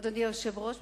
אדוני היושב בראש,